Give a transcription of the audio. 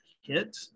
hit